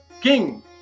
king